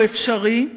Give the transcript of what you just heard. והוא אפשרי,